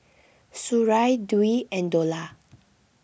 Suria Dwi and Dollah